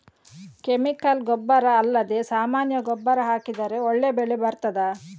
Chemical ಗೊಬ್ಬರ ಅಲ್ಲದೆ ಸಾಮಾನ್ಯ ಗೊಬ್ಬರ ಹಾಕಿದರೆ ಒಳ್ಳೆ ಬೆಳೆ ಬರ್ತದಾ?